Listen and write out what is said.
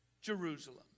Jerusalem